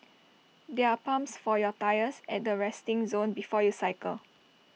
there are pumps for your tyres at the resting zone before you cycle